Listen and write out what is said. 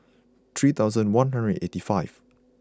three thousand one hundred eighty five